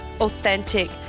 authentic